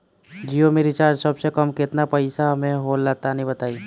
जियो के रिचार्ज सबसे कम केतना पईसा म होला तनि बताई?